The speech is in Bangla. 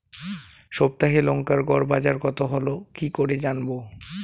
সপ্তাহে লংকার গড় বাজার কতো হলো কীকরে জানবো?